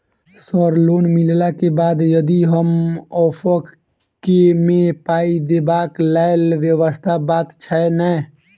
Sir loan मिलला केँ बाद हम यदि ऑफक केँ मे पाई देबाक लैल व्यवस्था बात छैय नै?